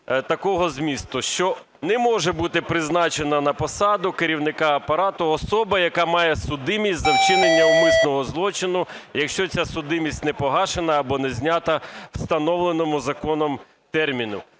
такого змісту: що не може бути призначена на посаду керівника Апарату особа, яка має судимість за вчинення умисного злочину, якщо ця судимість не погашена або не знята у встановленому законом терміну.